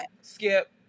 skip